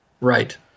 Right